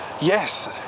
yes